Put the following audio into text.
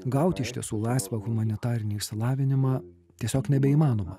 gauti iš tiesų laisvą humanitarinį išsilavinimą tiesiog nebeįmanoma